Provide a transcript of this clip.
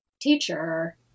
teacher